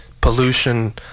pollution